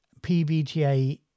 PBTA